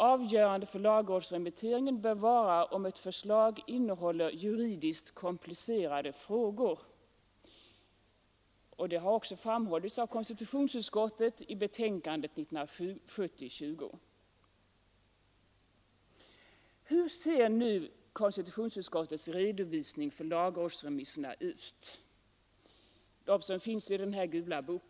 Avgörande för lagrådsremittering bör vara om ett förslag innehåller juridiskt komplicerade frågor, vilket också framhållits av Hur ser nu konstitutionsutskottets redovisning av lagrådsremisserna ut?